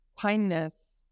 kindness